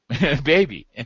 baby